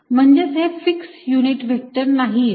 म्हणजेच हे fix unit vector नाहीयेत